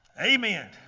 Amen